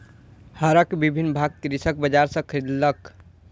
हरक विभिन्न भाग कृषक बजार सॅ खरीदलक